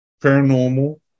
paranormal